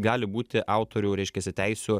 gali būti autorių reiškiasi teisių